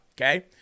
okay